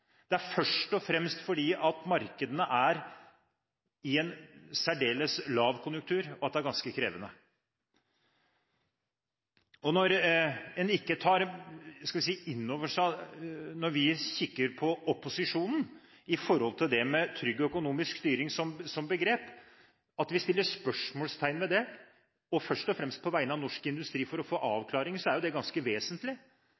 ikke det først og fremst på grunn av det særnorske skatte- og avgiftsnivået. Det er først og fremst fordi markedene er i en særdeles lav konjunktur at det er ganske krevende. Når vi kikker på opposisjonen med tanke på trygg økonomisk styring som begrep og setter spørsmålstegn ved det, først og fremst på vegne av norsk industri for å få